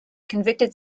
convicted